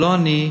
לא אני.